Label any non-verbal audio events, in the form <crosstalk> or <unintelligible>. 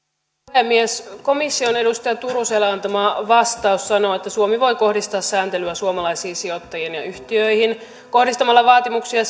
puhemies komission edustaja turuselle antama vastaus sanoo että suomi voi kohdistaa sääntelyä suomalaisiin sijoittajiin ja yhtiöihin kohdistamalla vaatimuksia <unintelligible>